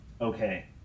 Okay